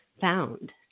found